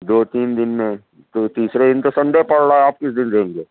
دو تین دِن میں تو تیسرے دِن تو سنڈے پڑ رہا ہے آپ كس دِن دیں گے